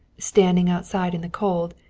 standing outside in the cold,